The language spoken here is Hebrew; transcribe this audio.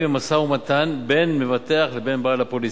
במשא-ומתן בין המבטח לבין בעל הפוליסה,